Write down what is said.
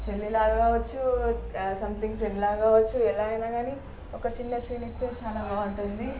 ఒక చెల్లిలాగా కావచ్చు సంథింగ్ ఫ్రెండ్లాగా కావచ్చు ఎలా అయినా కానీ ఒక చిన్న సీన్ ఇస్తే చాలా బాగుంటుంది